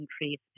increase